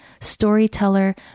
storyteller